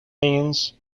means